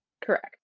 correct